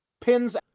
pins